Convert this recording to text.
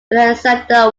alexander